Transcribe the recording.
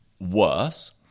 worse